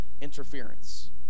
interference